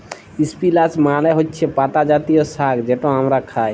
ইস্পিলাচ মালে হছে পাতা জাতীয় সাগ্ যেট আমরা খাই